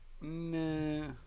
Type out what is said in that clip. Nah